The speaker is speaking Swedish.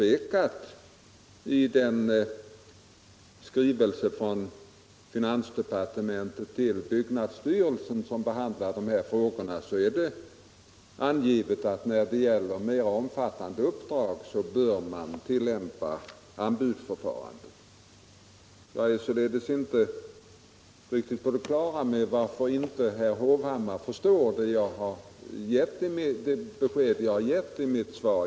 I den skrivelse från finansdepartementet till byggnadsstyrelsen som behandlar dessa frågor anges — och det är det väsentliga — att man vid mer omfattande uppdrag bör tillämpa anbudsförfarandet. Jag är således inte riktigt på det klara med varför herr Hovhammar inte förstår det besked jag gett i mitt svar.